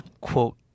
quote